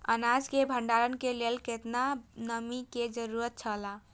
अनाज के भण्डार के लेल केतना नमि के जरूरत छला?